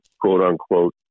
quote-unquote